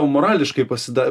morališkai pasida